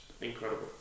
incredible